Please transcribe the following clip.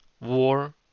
War